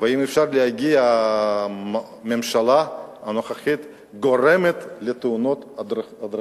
ואם אפשר להגיד הממשלה הנוכחית גורמת לתאונות הדרכים.